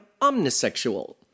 omnisexual